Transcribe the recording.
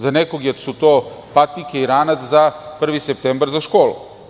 Za nekog su to patike i ranac za 1. septembar za školu.